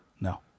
No